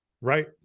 right